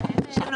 אני עושה